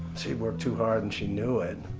she worked too hard and she knew it.